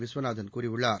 விஸ்வநாதன் கூறியுள்ளார்